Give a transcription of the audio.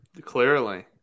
Clearly